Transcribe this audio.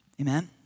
Amen